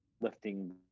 lifting